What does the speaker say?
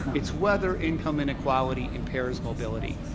it's whether income inequality impairs mobility.